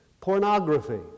Pornography